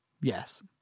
Yes